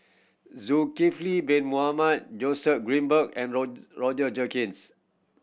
Zulkifli Bin Mohamed Joseph Grimberg and Roger Jenkins